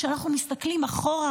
כשאנחנו מסתכלים אחורה,